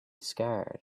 scared